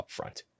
upfront